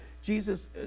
Jesus